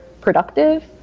productive